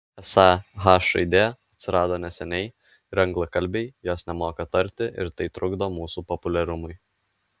esą h raidė atsirado neseniai ir anglakalbiai jos nemoka tarti ir tai trukdo mūsų populiarumui